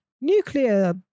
Nuclear